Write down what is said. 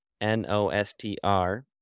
N-O-S-T-R